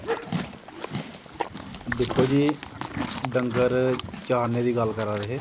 दिक्खो जी डंगर चराने दी गल्ल करा दे हे